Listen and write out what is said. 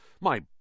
My